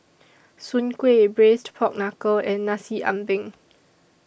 Soon Kway Braised Pork Knuckle and Nasi Ambeng